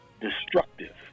destructive